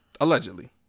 Allegedly